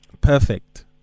Perfect